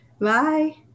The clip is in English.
Bye